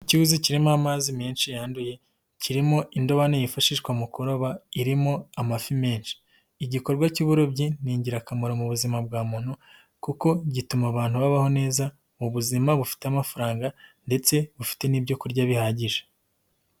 Iki cyuzi kirimo amazi menshi yanduye kirimo indowani yifashishwa mu kuroba irimo amafi menshi, igikorwa cy'uburobyi ni ingirakamaro mu buzima bwa muntu kuko gituma abantu babaho neza mu buzima bufite amafaranga ndetse bufite n'ibyo kurya bihagije.